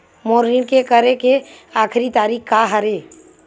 मोर ऋण के करे के आखिरी तारीक का हरे?